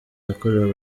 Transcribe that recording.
yakorewe